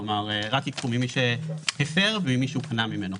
כלומר, ייקחו רק ממי שהפר וממי שהוא קנה ממנו.